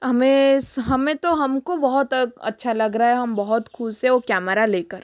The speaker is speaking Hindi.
हमें हमें तो हमको बहुत अच्छा लग रहा है हम बहुत खुश है वो कैमरा लेकर